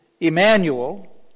Emmanuel